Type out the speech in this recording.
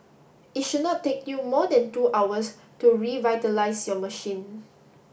it should not take you more than two hours to revitalise your machine